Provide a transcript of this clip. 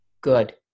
Good